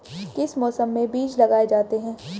किस मौसम में बीज लगाए जाते हैं?